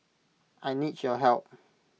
I need your help